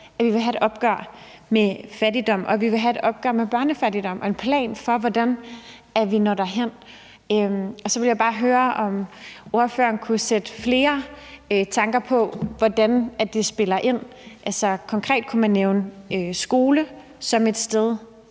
at vi vil have et opgør med fattigdom. Vi vil have et opgør med børnefattigdom, og vi vil have en plan for, hvordan vi når derhen. Så jeg vil bare høre, om ordføreren kunne sætte flere ord på, hvordan det spiller ind. Konkret kunne man nævne skole som et sted,